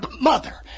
mother